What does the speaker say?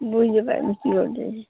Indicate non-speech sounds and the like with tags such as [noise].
বই [unintelligible]